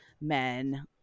men